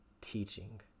teaching